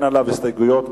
אין הסתייגויות,